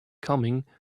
coming